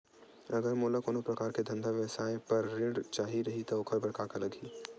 अगर मोला कोनो प्रकार के धंधा व्यवसाय पर ऋण चाही रहि त ओखर बर का का लगही?